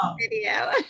video